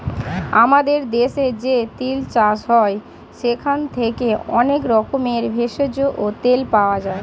আমাদের দেশে যে তিল চাষ হয় সেখান থেকে অনেক রকমের ভেষজ ও তেল পাওয়া যায়